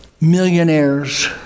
millionaires